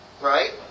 Right